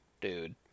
dude